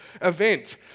event